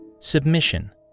submission